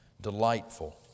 delightful